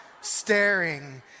staring